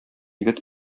егет